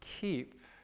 keep